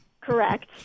Correct